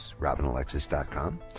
RobinAlexis.com